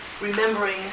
remembering